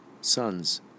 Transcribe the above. sons